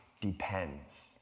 depends